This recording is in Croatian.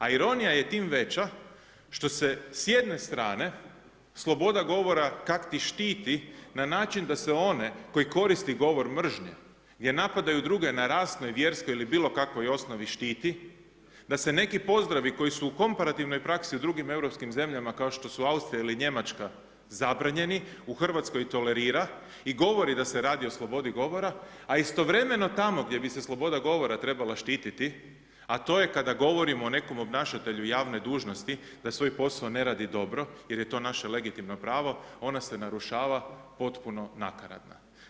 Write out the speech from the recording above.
A ironija je tim veća što se s jedne strane sloboda govora kak ti štiti na način da se one koji koristi govor mržnje gdje napadaju druge na rasnoj, vjerskoj ili bilo kakvoj osnovi, štiti, da se neki pozdravi koji su u komparativnoj praksi u drugim europskim zemljama kao što su Austrija ili Njemačka, zabranjeni u RH tolerira i govori da se radi o slobodi govora, a istovremeno tamo gdje bi se sloboda govora trebala štititi, a to je kada govorimo o nekom obnašatelju javne dužnosti da svoj posao ne radi dobro jer je to naše legitimno pravo, ona se narušava potpuno nakaradna.